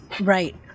right